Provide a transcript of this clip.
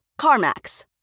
CarMax